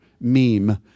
meme